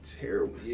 terrible